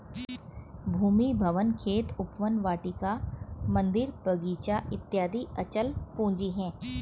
भूमि, भवन, खेत, उपवन, वाटिका, मन्दिर, बगीचा इत्यादि अचल पूंजी है